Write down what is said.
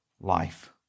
life